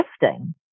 gifting